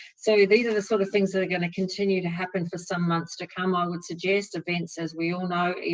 so, these are the sort of things that are going to continue to happen for some months to come, i would suggest. events as we all know,